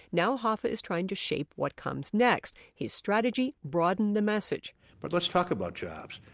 now hoffa is trying to shape what comes next. his strategy broaden the message but let's talk about jobs.